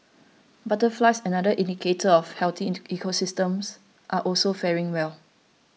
butterflies another indicator of a healthy into ecosystems are also faring well